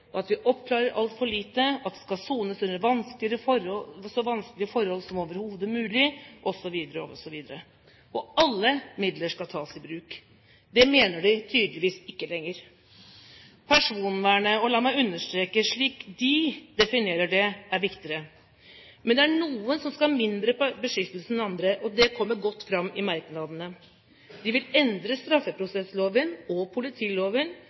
vi oppklarer altfor lite, at det skal sones under så vanskelige forhold som overhodet mulig osv., og alle midler skal tas i bruk. Det mener de tydeligvis ikke lenger. Personvernet – og la meg understreke, slik de definerer det – er viktigere. Men det er noen som skal ha mindre beskyttelse enn andre, og det kommer godt fram i merknadene. De vil endre straffeprosessloven og politiloven,